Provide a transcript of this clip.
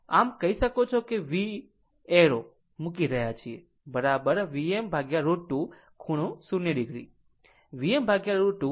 આમ એમ કહી શકો કે V છે Vએરો મૂકી રહ્યા છીએ Vm√ 2 ખૂણો 0 o Vm√ 2 એ વોલ્ટેજ નું RMS મૂલ્ય છે